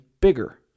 bigger